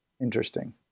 Interesting